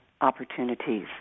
opportunities